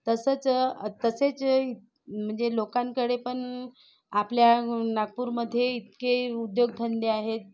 तसंच तसेच म्हणजे लोकांकडे पण आपल्या नागपूरमध्ये इतके उद्योगधंदे आहेत